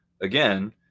again